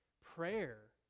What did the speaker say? prayer